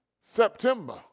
September